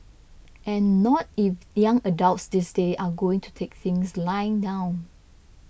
and not if young adults these days are going to take things lying down